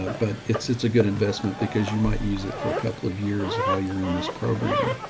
but it's, it's a good investment because you might use it for a couple of years while you're in this program.